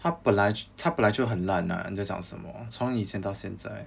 他本来他本来就很烂啊你在讲什么从以前到现在